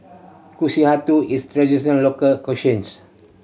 kushikatsu is traditional local cuisines